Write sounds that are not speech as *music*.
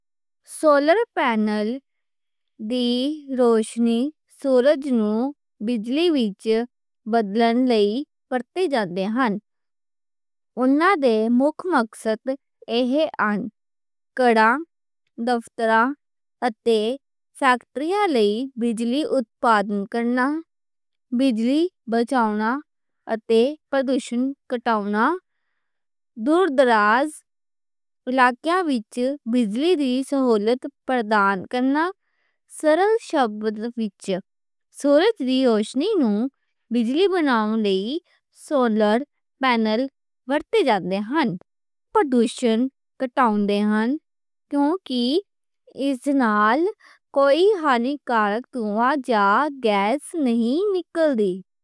Solar panel سورج دی روشنی نوں بجلی وچ بدلਣ لئی ورتے جاندے ہن۔ انہاں دے مک مقصد یہ آن۔ گھراں، دفتراں اتے فیکٹریاں لئی بجلی اُتپادن کرنا، بجلی بچاؤنا اتے پردوشن گھٹاؤنا۔ دور دراز علاقیاں وچ بجلی دی سہولت پردان کرنا سادہ لفظ وچ۔ *hesitation* سورج دی روشنی نوں بجلی بناون لئی سولر پینل ورتے جاندے ہن۔ پردوشن گھٹاؤن دے ہن کیوں کہ اس نال کوئی کیمیکل جا گیس نہیں نکل دی۔